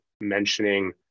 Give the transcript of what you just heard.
mentioning